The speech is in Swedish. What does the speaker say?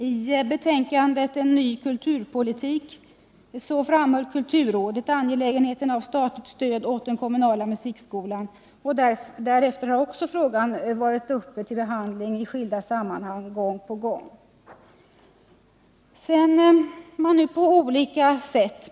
I betänkandet Ny kulturpolitik framhöll kulturrådet angelägenheten av statligt stöd åt den kommunala musikskolan och därefter har frågan gång på gång i skilda sammanhang varit föremål för behandling.